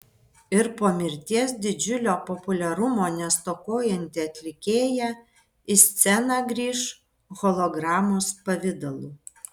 ir po mirties didžiulio populiarumo nestokojanti atlikėja į sceną grįš hologramos pavidalu